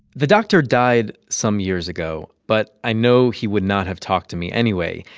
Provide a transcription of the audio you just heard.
the doctor died some years ago, but i know he would not have talked to me anyway.